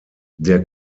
der